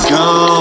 go